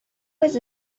was